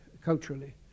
culturally